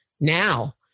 now